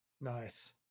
Nice